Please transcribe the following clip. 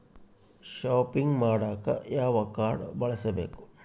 Shopping ಮಾಡಾಕ ಯಾವ card ಬಳಸಬೇಕು?